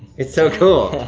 it's so cool.